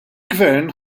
gvern